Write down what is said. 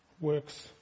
works